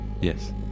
Yes